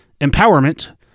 empowerment